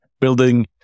building